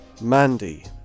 Mandy